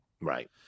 Right